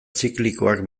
ziklikoak